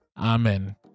amen